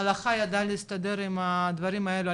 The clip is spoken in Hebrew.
ההלכה ידעה להסתדר עם הדברים האלה,